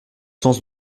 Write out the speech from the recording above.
sens